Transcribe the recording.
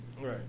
Right